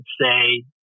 say